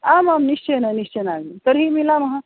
आमां निश्चयेन निश्चयेन तर्हि मिलामः